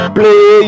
Play